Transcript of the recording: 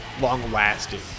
long-lasting